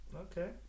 Okay